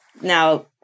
now